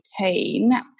2018